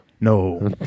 No